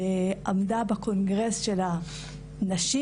ועמדה בקונגרס של הנשים,